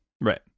Right